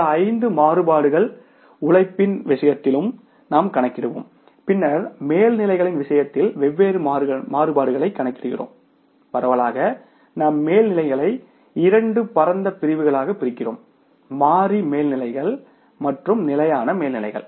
இந்த ஐந்து மாறுபாடுகள் உழைப்பின் விஷயத்திலும் நாம் கணக்கிடுவோம் பின்னர் மேல்நிலைகளின் விஷயத்தில் வெவ்வேறு மாறுபாடுகளைக் கணக்கிடுகிறோம் பரவலாக நாம் மேல்நிலைகளை இரண்டு பரந்த பிரிவுகளாகப் பிரிக்கிறோம் மாறி மேல்நிலைகள் மற்றும் நிலையான மேல்நிலைகள்